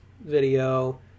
video